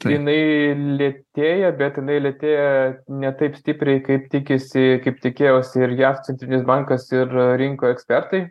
jinai lėtėja bet jinai lėtėja ne taip stipriai kaip tikisi kaip tikėjosi ir jav centrinis bankas ir rinkų ekspertai